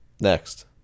Next